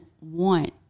want